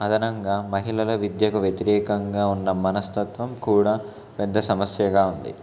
అదనంగా మహిళల విద్యకు వ్యతిరేకంగా ఉన్న మనస్తత్వం కూడా పెద్ద సమస్యగా ఉంది